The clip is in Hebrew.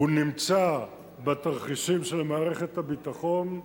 הוא נמצא בתרחישים של מערכת הביטחון,